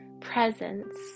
presence